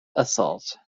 assault